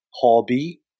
hobby